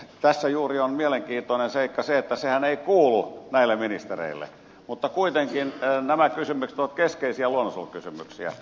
tässä mielenkiintoinen seikka on juuri se että sehän ei kuulu näille ministereille mutta kuitenkin nämä kysymykset ovat keskeisiä luonnonsuojelukysymyksiä